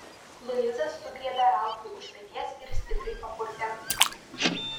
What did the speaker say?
luiza sugriebė ralfui už peties ir stipriai papurtė